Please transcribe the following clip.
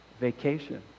vacation